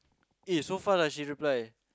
eh so fast ah she reply